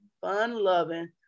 fun-loving